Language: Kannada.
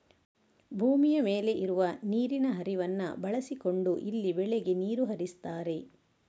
ಭೂಮಿಯ ಮೇಲೆ ಇರುವ ನೀರಿನ ಹರಿವನ್ನ ಬಳಸಿಕೊಂಡು ಇಲ್ಲಿ ಬೆಳೆಗೆ ನೀರು ಹರಿಸ್ತಾರೆ